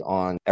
on